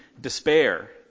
despair